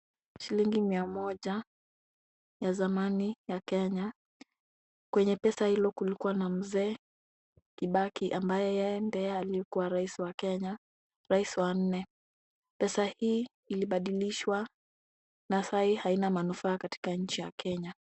Shilingi mia moja ya zamani ya Kenya. Kwenye pesa hilo kulikuwa na mzee Kibaki ambaye ndiye aliyekuwa rais wa Kenya, rais wa nne. Pesa hii ilibadilishwa na saa hii haina manufaa katika nchi ya Kenya.